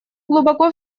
глубоко